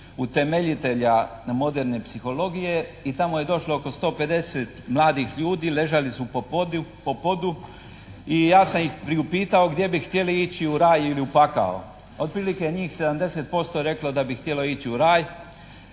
utemeljitelja moderne psihologije i tamo je došlo oko sto pedeset mladih ljudi, ležali su po podu. I ja sam ih priupitao gdje bi htjeli ići, u raj ili u pakao. Otprilike njih 70% je reklo da bi htjelo ići u raj